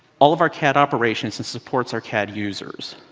all of our cad operations and supports our cad users.